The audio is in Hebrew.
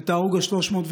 את ההרוג ה-301,